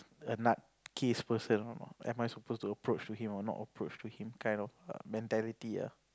a nut case person or not am I suppose to approach to him or not approach to him kind of err mentality